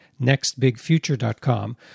nextbigfuture.com